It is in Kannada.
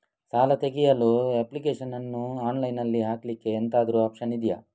ಸಾಲ ತೆಗಿಯಲು ಅಪ್ಲಿಕೇಶನ್ ಅನ್ನು ಆನ್ಲೈನ್ ಅಲ್ಲಿ ಹಾಕ್ಲಿಕ್ಕೆ ಎಂತಾದ್ರೂ ಒಪ್ಶನ್ ಇದ್ಯಾ?